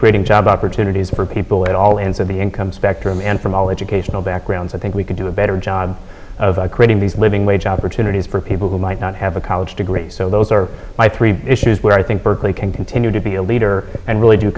creating job opportunities for people at all ends of the income spectrum and from all educational backgrounds i think we can do a better job of creating these living wage opportunities for people who might not have a college degree so those are my three issues where i think berkeley can continue to be a leader and really do